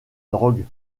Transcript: drogue